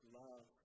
love